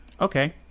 Okay